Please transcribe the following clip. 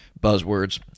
buzzwords